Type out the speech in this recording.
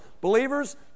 Believers